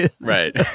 right